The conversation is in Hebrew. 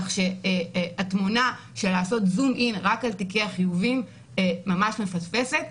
כך שהתמונה של עשות zoom in רק על תיקי החיובים ממש מפספסת.